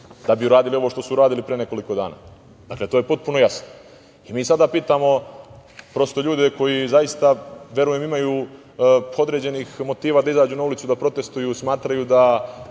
da bi uradili ovo što su uradili pre nekoliko dana. To je potpuno jasno. Mi sada pitamo ljude koji zaista, verujem, imaju određenih motiva da izađu na ulicu da protestvuju, smatraju da